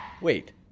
Wait